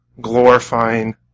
glorifying